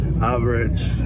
average